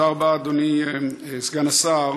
תודה רבה, אדוני סגן השר.